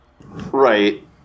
right